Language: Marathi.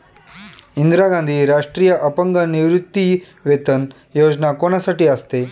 इंदिरा गांधी राष्ट्रीय अपंग निवृत्तीवेतन योजना कोणासाठी असते?